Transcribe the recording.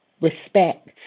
respect